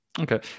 Okay